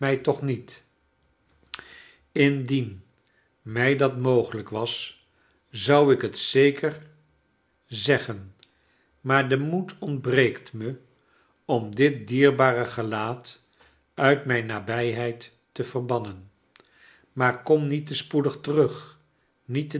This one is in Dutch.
toch niet r charles dickens indien mij dat mogelijk was zou ik het zeker zeggen maar de moed ontbreekt me om dit dierbare gelaat uit mijn nabijlieid te verbannen maar kom niet te spoedig terug